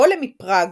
הגולם מפראג